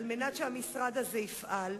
על מנת שהמשרד הזה יפעל.